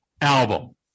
album